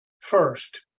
first